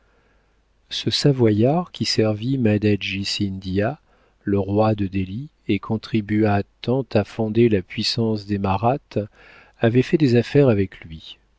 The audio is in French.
ce savoyard qui servit madhadjy sindiah le roi de delhy et contribua tant à fonder la puissance des mahrattes avait fait des affaires avec lui